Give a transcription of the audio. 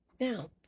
Now